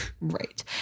Right